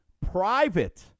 Private